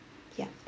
yup